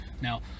now